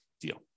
deal